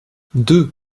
deux